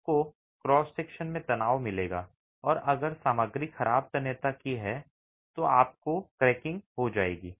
आपको cross section में तनाव मिलेगा और अगर सामग्री खराब तन्यता की है तो आपको क्रैकिंग हो जाएगी